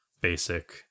basic